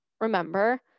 remember